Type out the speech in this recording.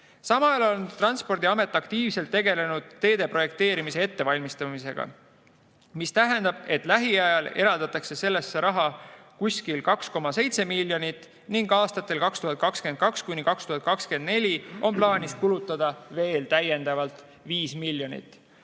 ajal on Transpordiamet aktiivselt tegelenud teede projekteerimise ettevalmistamisega. See tähendab, et lähiajal eraldatakse selleks umbes 2,7 miljonit ning aastatel 2022–2024 on plaanis kulutada veel 5 miljonit.